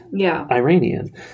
Iranian